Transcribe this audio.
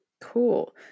Cool